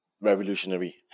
revolutionary